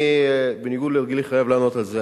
אני, בניגוד להרגלי, חייב לענות על זה.